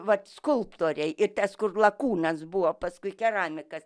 vat skulptoriai ir tas kur lakūnas buvo paskui keramikas